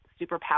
superpower